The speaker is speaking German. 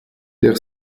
der